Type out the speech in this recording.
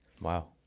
Wow